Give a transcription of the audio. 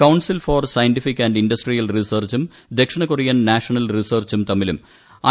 council for scientific and industrial റിസർച്ചും ദക്ഷിണ Korean national റിസർച്ചും ത്രമ്മിലും ഐ